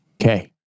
Okay